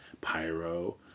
Pyro